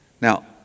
Now